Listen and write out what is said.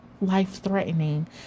life-threatening